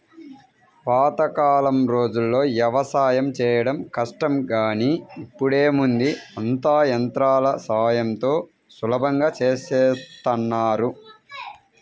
పాతకాలం రోజుల్లో యవసాయం చేయడం కష్టం గానీ ఇప్పుడేముంది అంతా యంత్రాల సాయంతో సులభంగా చేసేత్తన్నారు